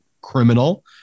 criminal